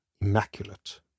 immaculate